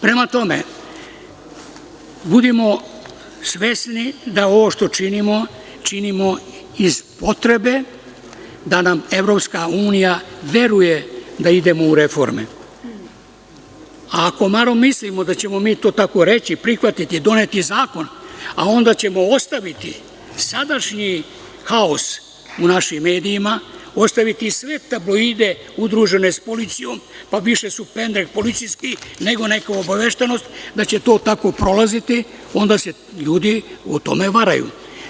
Prema tome, budimo svesni da ovo što činimo, činimo iz potrebe da nam EU veruje da idemo u reforme, a ako mislimo da ćemo mi to tako reći i prihvatiti i doneti zakon, a onda ćemo ostaviti sadašnji haos u našim medijima, ostaviti sve tabloide udružene sa policijom, više su pendrek policijski, nego neka obaveštenost da će to tako prolaziti, onda se ljudi o tome varaju.